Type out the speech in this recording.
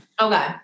Okay